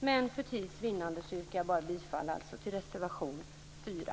Men för tids vinnande yrkar jag bifall bara till reservation 4.